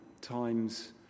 times